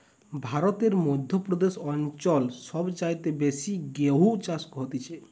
ভারতের মধ্য প্রদেশ অঞ্চল সব চাইতে বেশি গেহু চাষ হতিছে